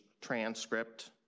transcript